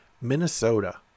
Minnesota